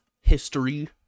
history